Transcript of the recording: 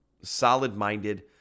solid-minded